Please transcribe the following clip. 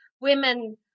women